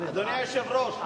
אדוני היושב-ראש,